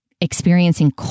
experiencing